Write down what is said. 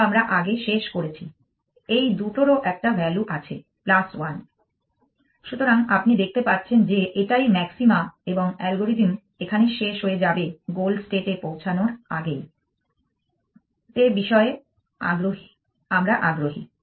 যা আমরা আগে শেষ করেছি এই দুটোরও একটা ভ্যালু আছে 1 সুতরাং আপনি দেখতে পাচ্ছেন যে এটাই ম্যাক্সিমা এবং অ্যালগরিদম এখানে শেষ হয়ে যাবে গোল স্টেট এ পৌঁছানোর আগেই তে বিষয়ে আমরা আগ্রহী